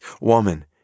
woman